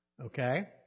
Okay